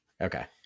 okay